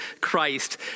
Christ